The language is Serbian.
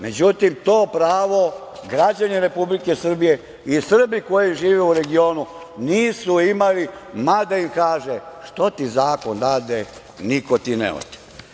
Međutim, to pravo građani Republike Srbije i Srbi koji žive u regionu nisu imali, mada kaže – što ti zakon dade niko ti ne ote.